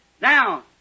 Now